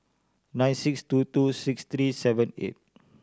nine six two two six three seven eight